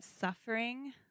suffering